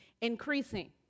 increasing